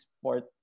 sport